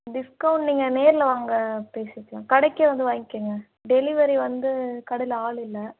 discount நீங்கள் நேரில் வாங்க பேசிக்கலாம் கடைக்கே வந்து வாங்கிக்கங்க டெலிவரி வந்து கடையில் ஆள் இல்லை